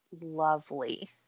lovely